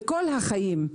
לכל החיים.